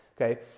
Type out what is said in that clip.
okay